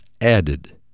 added